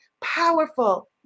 powerful